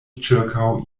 ĉirkaŭ